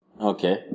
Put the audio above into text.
Okay